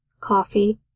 coffee